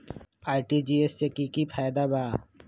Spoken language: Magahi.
आर.टी.जी.एस से की की फायदा बा?